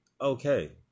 okay